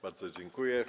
Bardzo dziękuję.